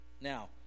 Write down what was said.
Now